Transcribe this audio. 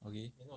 okay